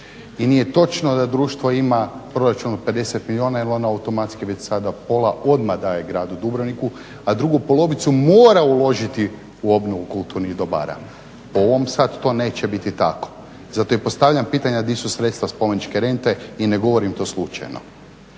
I nije točno da društvo ima proračun od 50 milijuna jel ono automatski već sada pola odmah daje gradu Dubrovniku a drugu polovicu mora uložiti u obnovu kulturnih dobara. Po ovom sada to neće biti tako. Zato i postavljam pitanja gdje su sredstva spomeničke rente i ne govorim to slučajno.